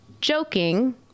joking